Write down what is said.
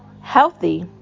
Healthy